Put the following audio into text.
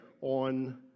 on